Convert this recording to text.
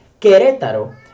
Querétaro